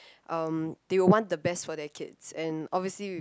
um they will want the best for their kids and obviously